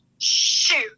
Shoot